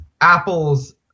Apple's